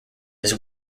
his